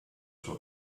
sua